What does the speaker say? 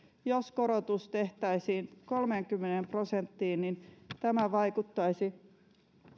jos korotus tehtäisiin kolmeenkymmeneen prosenttiin niin tämä vaikuttaisi